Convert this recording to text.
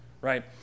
right